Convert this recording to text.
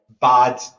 Bad